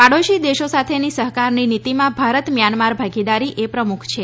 પાડોશી દેશો સાથેની સહકારની નીતિમાં ભારત મ્યાનમાર ભાગીદારી એ પ્રમુખ છે